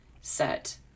set